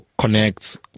connects